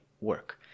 work